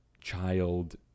child